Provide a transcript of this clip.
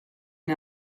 and